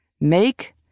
Make